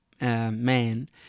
man